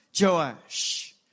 Joash